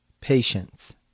Patience